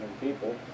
people